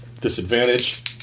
Disadvantage